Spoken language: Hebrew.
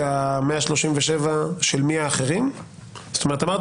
יש לכם פילוח אחר שמראה של מי האחרים?